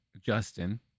Justin